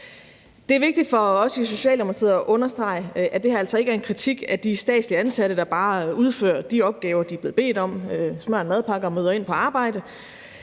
Det er vigtigt for os i Socialdemokratiet at understrege, at det her altså ikke er en kritik af de statslige ansatte, der bare udfører de opgaver, de er blevet bedt om – som smører en madpakke og møder ind på arbejde.